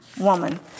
woman